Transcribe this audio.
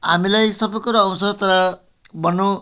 हामीलाई सब कुरो आउँछ तर भनौँ